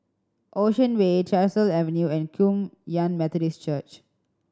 Ocean Way Tyersall Avenue and Kum Yan Methodist Church